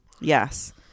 Yes